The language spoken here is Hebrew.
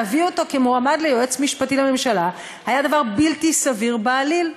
להביא אותו כמועמד ליועץ משפטי לממשלה היה דבר בלתי סביר בעליל.